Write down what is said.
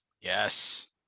Yes